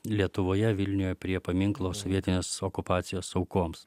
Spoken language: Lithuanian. lietuvoje vilniuje prie paminklo sovietinės okupacijos aukoms